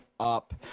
Up